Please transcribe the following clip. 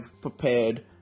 prepared